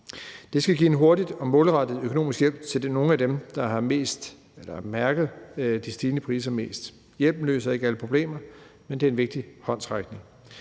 Det skal give en hurtig og målrettet økonomisk hjælp til nogle af dem, som har mærket de stigende priser mest. Hjælpen løser ikke alle problemer, men det er en vigtig håndsrækning.